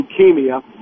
leukemia